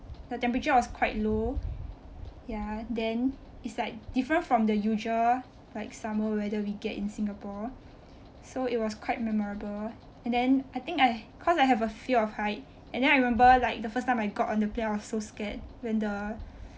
the temperature was quite low ya then it's like different from the usual like summer weather we get in Singapore so it was quite memorable and then I think I cause I have a fear of height and then I remember like the first time I got on the plane I was so scared when the